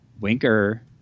Winker